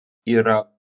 yra